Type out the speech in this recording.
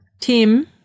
Tim